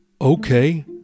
Okay